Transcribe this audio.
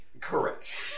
Correct